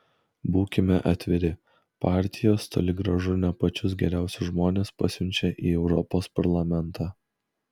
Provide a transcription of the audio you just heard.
būkime atviri partijos toli gražu ne pačius geriausius žmones pasiunčia į europos parlamentą